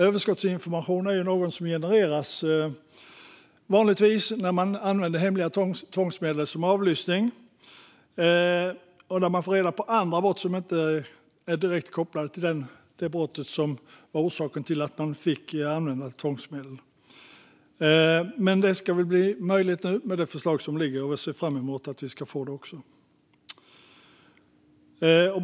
Överskottsinformation är något som vanligtvis genereras när man använder hemliga tvångsmedel som avlyssning och där får man reda på andra brott som inte är direkt kopplade till det brott som var orsaken till att man fick använda tvångsmedel. Den ska nu bli möjlig att använda med det förslag som ligger. Jag ser fram emot att vi ska få den möjligheten.